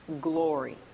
glory